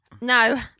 No